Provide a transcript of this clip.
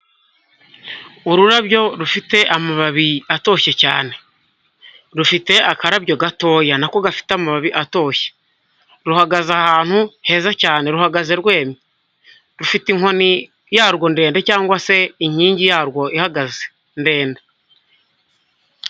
Ururabyo rufite amababi atoshye cyane rufite akarabyo gatoya nako gafite amababi atoshye, ruhagaze ahantu heza cyane ruhagaze rwemye, rufite inkoni yarwo ndende cyangwa se inkingi yarwo ihagaze ndende.